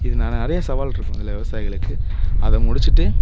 இது ந நிறையா சவால் இருக்கும் இதில் விவசாயிகளுக்கு அதை முடித்துட்டு